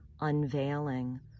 unveiling